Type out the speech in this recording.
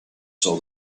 saw